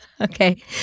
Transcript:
Okay